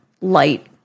light